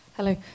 Hello